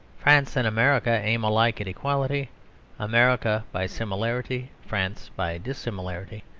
france and america aim alike at equality america by similarity france by dissimilarity.